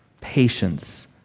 patience